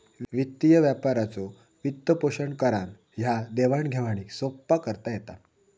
वित्तीय व्यापाराचो वित्तपोषण करान ह्या देवाण घेवाणीक सोप्पा करता येता